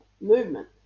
movement